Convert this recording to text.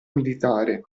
militare